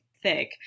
thick